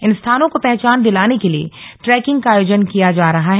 इन स्थानों को पहचान दिलाने के लिए ट्रैकिंग का आयोजन किया जा रहा है